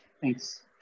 Thanks